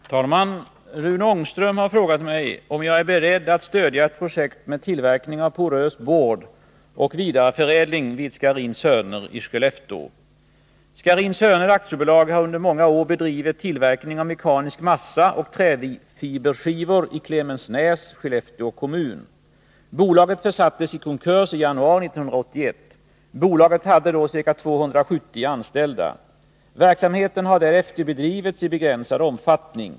Herr talman! Rune Ångström har frågat mig om jag är beredd att stödja ett projekt med tillverkning av porös board och vidareförädling vid Scharins Söner i Skellefteå. Scharins Söner AB har under många år bedrivit tillverkning av mekanisk massa och träfiberskivor i Clemensnäs, Skellefteå kommun. Bolaget försattes i konkurs i januari 1981. Bolaget hade då ca 270 anställda. Verksamheten har därefter bedrivits i begränsad omfattning.